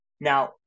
Now